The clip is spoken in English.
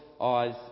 eyes